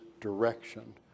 direction